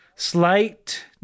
Slight